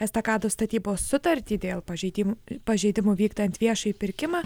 estakados statybos sutartį dėl pažeidimų pažeidimų vykdant viešąjį pirkimą